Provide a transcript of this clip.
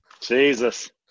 Jesus